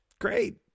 great